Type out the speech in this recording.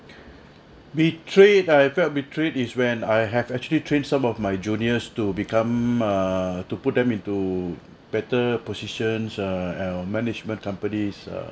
betrayed I felt betrayed is when I have actually trained some of my juniors to become err to put them into better positions err management companies err